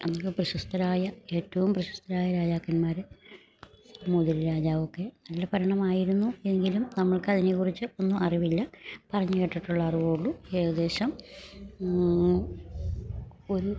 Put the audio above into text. അന്നൊക്കെ പ്രശസ്തരായ ഏറ്റവും പ്രശസ്തരായ രാജാക്കന്മാര് സാമൂതിരി രാജാവൊക്കെ നല്ല ഭരണമായിരുന്നു എങ്കിലും നമ്മൾക്കതിനെക്കുറിച്ച് ഒന്നും അറിവില്ല പറഞ്ഞ് കേട്ടിട്ടുള്ള അറിവേ ഉള്ളു ഏകദേശം ഒരു